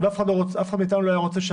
אנחנו